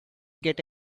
get